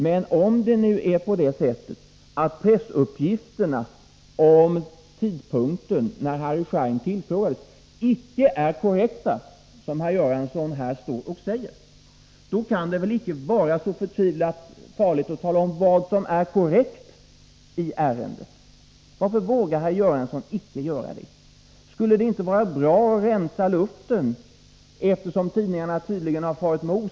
Men om nu pressuppgifterna om tidpunkten när Harry Schein tillfrågades icke är korrekta, som herr Göransson sade, kan det väl inte vara så förtvivlat farligt att tala om vad som är korrekt i ärendet. Varför vågar herr Göransson icke göra det? Tidningarna har tydligen farit med osanning — sådant händer som bekant.